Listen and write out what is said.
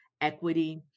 equity